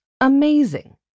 amazing